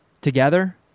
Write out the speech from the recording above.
together